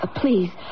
please